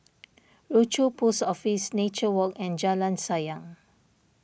Rochor Post Office Nature Walk and Jalan Sayang